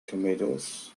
tomatoes